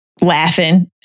laughing